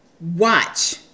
Watch